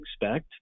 expect